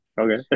Okay